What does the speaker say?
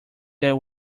that